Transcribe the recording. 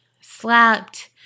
slapped